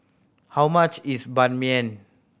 how much is Ban Mian